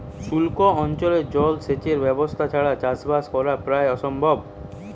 সুক্লা অঞ্চলে জল সেচের ব্যবস্থা ছাড়া চাষবাস করা প্রায় অসম্ভব